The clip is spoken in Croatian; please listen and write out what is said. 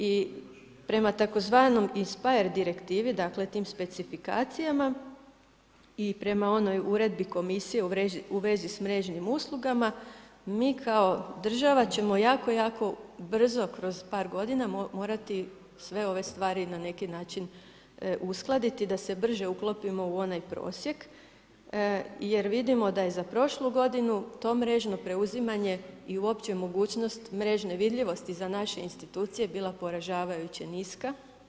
I prema tzv. INSPIRE direktivi dakle tim specifikacijama i prema onoj uredbi komisije u vezi s mrežnim uslugama, mi kao država ćemo jako, jako brzo kroz par godina morati sve ove stvari na neki način uskladiti da se brže uklopimo u onaj prosjek jer vidimo da je za prošlu godinu to mrežno preuzimanje i uopće mogućnost mrežne vidljivosti za naše institucije bila poražavajuće niska.